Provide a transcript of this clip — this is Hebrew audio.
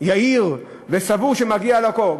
ויהיר וסבור שמגיע לו הכול.